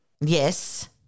Yes